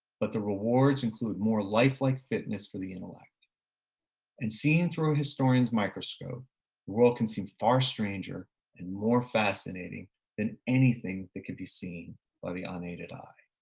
but the rewards include more lifelike fitness for the intellect and seeing through historians' microscope, the world can seem far stranger and more fascinating then anything that can be seen by the unaided eye.